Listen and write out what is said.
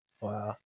Wow